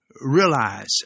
realize